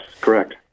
Correct